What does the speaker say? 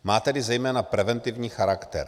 Má tedy zejména preventivní charakter.